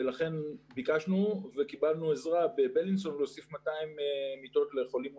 ולכן ביקשנו וקיבלנו עזרה בבילינסון להוסיף 200 מיטות לחולים מונשמים,